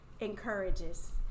encourages